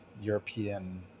European